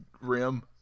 rim